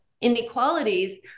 inequalities